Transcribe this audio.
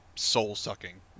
soul-sucking